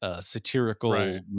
satirical